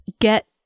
get